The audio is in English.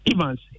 Evans